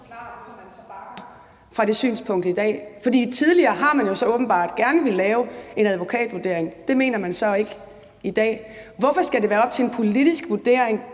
Hvorfor skal det være op til en politisk vurdering